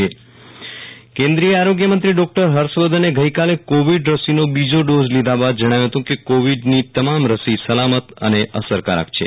વીરલ રાણા કેન્દ્રિય આરોગ્ય મંત્રી કેન્દ્રિય આરોગ્ય મંત્રી ડોકટર હર્ષ વર્ધને ગઈકાલે કોવિડ રસીનો બીજો ડોઝ લીધા બાદ જણાવ્યું હતું કે કોવિડની તમામ રસી સલામત અને અસરકારક છે